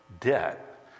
debt